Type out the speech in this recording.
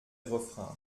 refrain